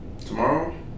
tomorrow